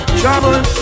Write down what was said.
trouble